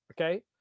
okay